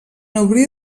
obrir